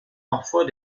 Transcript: parfois